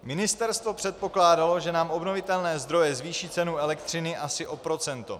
Ministerstvo předpokládalo, že nám obnovitelné zdroje zvýší cenu elektřiny asi o procento.